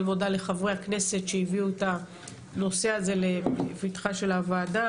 אני מודה לחברי הכנסת שהביאו את הנושא הזה לפתחה של הוועדה,